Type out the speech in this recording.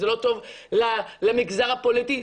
זה לא טוב למגזר הפוליטי,